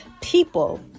people